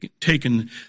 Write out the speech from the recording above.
taken